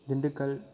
Dindigul